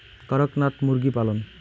করকনাথ মুরগি পালন?